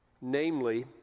Namely